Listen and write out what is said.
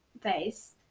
face